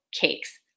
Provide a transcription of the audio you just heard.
cakes